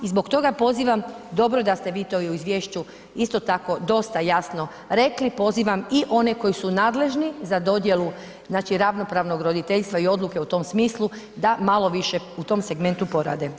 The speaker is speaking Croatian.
I zbog toga pozivam dobro da ste vi to i u izvješću isto tako dosta jasno rekli, pozivam i one koji su nadležni za dodjelu znači ravnopravnog roditeljstva i odluke u tom smislu da malo više u tom segmentu porade.